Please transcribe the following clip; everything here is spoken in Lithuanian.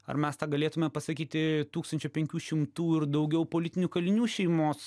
ar mes tą galėtume pasakyti tūkstančio penkių šimtų ir daugiau politinių kalinių šeimos